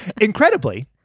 Incredibly